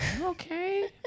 Okay